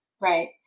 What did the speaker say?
Right